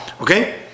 Okay